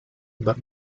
but